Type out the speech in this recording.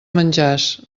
menjars